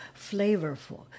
flavorful